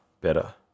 better